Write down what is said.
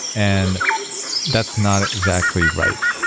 and that's not exactly right.